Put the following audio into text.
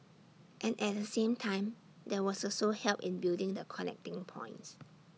and at the same time there was also help in building the connecting points